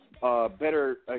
better